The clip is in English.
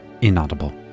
Inaudible